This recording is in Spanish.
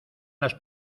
las